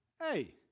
hey